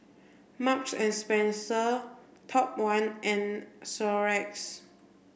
Marks and Spencer Top One and Xorex